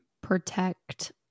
protect